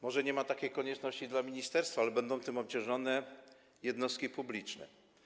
Może nie ma takiej konieczności dla ministerstwa, ale będą tym obciążone jednostki publiczne.